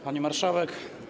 Pani Marszałek!